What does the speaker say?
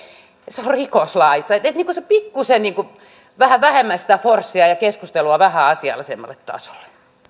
se on rikoslaissa että pikkusen vähemmän sitä forcea ja keskustelua vähän asiallisemmalle tasolle